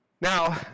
Now